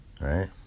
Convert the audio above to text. right